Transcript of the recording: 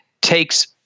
takes